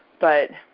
but